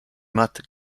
matt